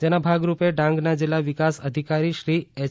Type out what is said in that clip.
જેના ભાગરૂપે ડાંગના જિલ્લા વિકાસ અધિકારી શ્રી એચ